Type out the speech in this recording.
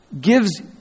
gives